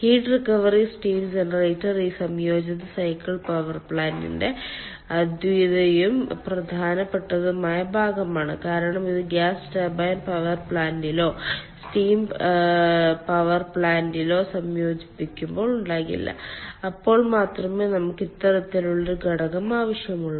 heat recovery steam generator ഈ സംയോജിത cycle power പ്ലാന്റിന്റെ അദ്വിതീയവും പ്രധാനപ്പെട്ടതുമായ ഭാഗമാണ് കാരണം ഇത് ഗ്യാസ് ടർബൈൻ പവർ പ്ലാന്റിലോ സ്റ്റീം പവർ പ്ലാന്റിലോ സംയോജിപ്പിക്കുമ്പോൾ ഉണ്ടാകില്ല അപ്പോൾ മാത്രമേ നമുക്ക് ഇത്തരത്തിലുള്ള ഒരു ഘടകം ആവശ്യമുള്ളൂ